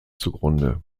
zugrunde